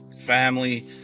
family